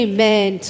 Amen